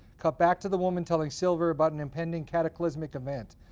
cut back to the woman telling silver about an impending cataclysmic event.